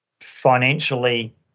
financially